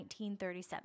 1937